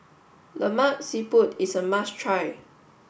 Lemak Siput is a must try